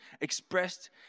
expressed